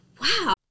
wow